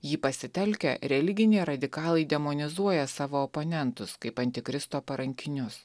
jį pasitelkę religiniai radikalai demonizuoja savo oponentus kaip antikristo parankinius